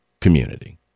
community